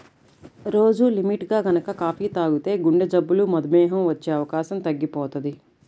రోజూ లిమిట్గా గనక కాపీ తాగితే గుండెజబ్బులు, మధుమేహం వచ్చే అవకాశం తగ్గిపోతది